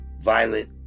violent